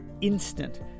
instant